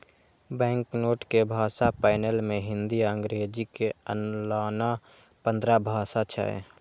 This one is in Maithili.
बैंकनोट के भाषा पैनल मे हिंदी आ अंग्रेजी के अलाना पंद्रह भाषा छै